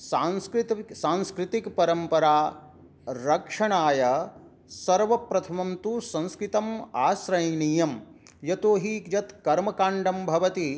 सांस्कृतिकपरम्परा रक्षणाय सर्वप्रथमं तु संस्कृतम् आश्रयणीयम् यतोऽहि यत् कर्मकाण्डं भवति